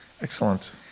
Excellent